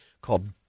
called